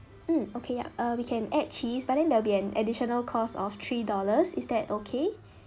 mm okay ya uh we can add cheese but then there'll be an additional cost of three dollars is that okay